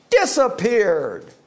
disappeared